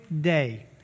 day